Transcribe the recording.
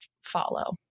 follow